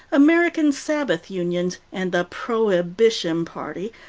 american sabbath unions, and the prohibition party,